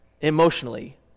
emotionally